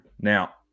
Now